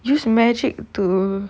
use magic to